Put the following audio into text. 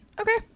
Okay